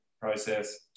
process